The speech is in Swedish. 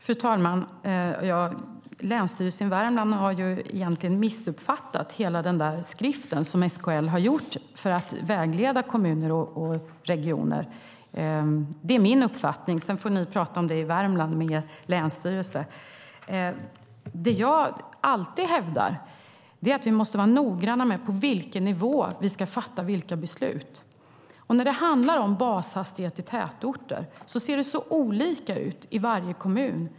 Fru talman! Länsstyrelsen i Värmland har egentligen missuppfattat hela den skrift som SKL har tagit fram för att vägleda kommuner och regioner. Det är min uppfattning. Sedan får ni prata om det i Värmland med er länsstyrelse. Jag hävdar alltid att vi måste vara noggranna med på vilken nivå vi ska fatta vilka beslut. När det handlar om bashastighet i tätorter ser det så olika ut i varje kommun.